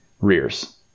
rears